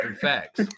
Facts